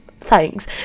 thanks